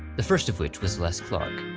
the first of which was les clark.